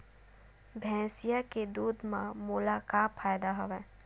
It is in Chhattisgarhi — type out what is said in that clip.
भैंसिया के दूध म मोला का फ़ायदा हवय?